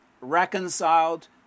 reconciled